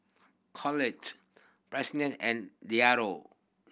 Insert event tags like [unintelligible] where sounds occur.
Claud Pearlene and [unintelligible]